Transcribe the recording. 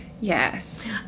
Yes